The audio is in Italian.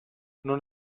non